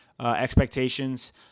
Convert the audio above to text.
expectations